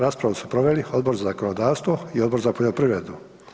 Raspravu su proveli Odbor za zakonodavstvo i Odbor za poljoprivredu.